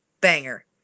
banger